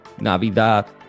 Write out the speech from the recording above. Navidad